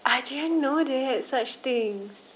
I didn't know they had such things